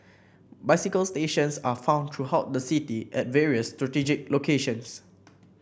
bicycle stations are found throughout the city at various strategic locations